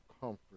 comfort